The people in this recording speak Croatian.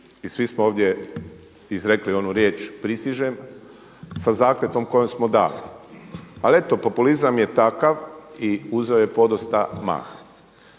i svi smo ovdje izrekli onu riječ „Prisežem“ sa zakletvom koju smo dali. Ali eto populizam je takav i uzeo je podosta maha.